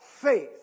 faith